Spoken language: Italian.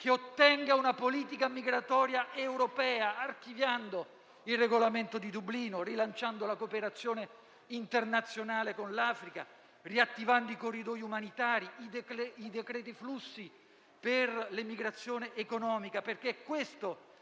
che ottenga una politica migratoria europea, archiviando il Regolamento di Dublino, rilanciando la cooperazione internazionale con l'Africa, riattivando i corridoi umanitari e i cosiddetti decreti flussi per l'emigrazione economica.